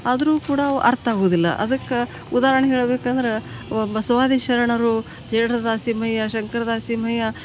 ಆದರೂ ಕೂಡ ಅವು ಅರ್ಥ ಆಗುವುದಿಲ್ಲ ಅದಕ್ಕೆ ಉದಾಹರ್ಣೆ ಹೇಳ್ಬೇಕಂಡ್ರೆ ಒ ಬಸವಾದಿ ಶರಣರು ಜೇಡರದಾಸಿಮಯ್ಯ ಶಂಕರದಾಸಿಮಯ್ಯ